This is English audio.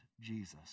Jesus